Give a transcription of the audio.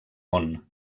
món